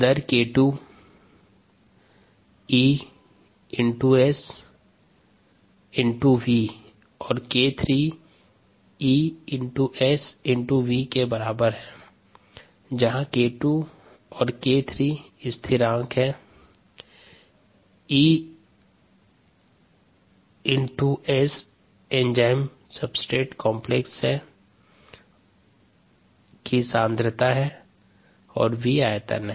दर 𝒌𝟐 𝑬𝑺 𝑽 और 𝒌𝟑 𝑬𝑺 𝑽 के बराबर हैं जहाँ 𝒌𝟐 और 𝒌𝟑 -स्थिरांक 𝑬𝑺 एंजाइम और क्रियाधार की सांद्रता व V - आयतन हैं